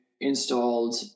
installed